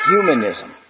humanism